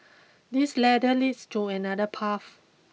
this ladder leads to another path